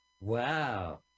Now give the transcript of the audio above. Wow